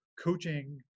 coaching